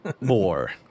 more